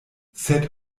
sed